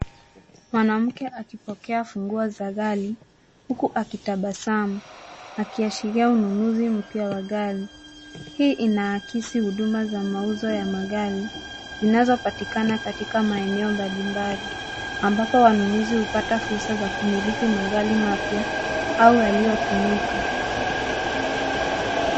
Mwanamke akipokea funguo za gari huku akitabasamu, akiashiria ununuzi mpya wa gari. Hii inaakisi huduma za mauzo ya magari zinazopatikana katika maeneo mbalimbali ambapo wanunuzi hupata fursa za kumiliki magari mapya au yaliyotumika.